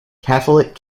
catholic